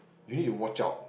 you need to watch out